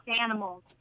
animals